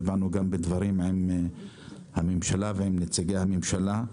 ובאנו בדברים עם הממשלה ועם נציגי הממשלה.